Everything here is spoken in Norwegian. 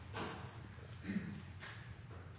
Takk for det! Vi i